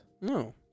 No